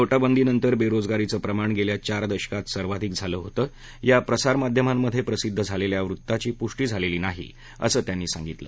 नोटाबंदीनंतर बेरोजगारीचं प्रमाण गेल्या चार दशकात सर्वाधिक झालं होतं या प्रसारमाध्यमांमध्ये प्रसिद्ध झालेल्या वृत्ताची पुष्टी झालेली नाही असं त्यांनी सांगितलं